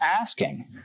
asking